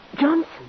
Johnson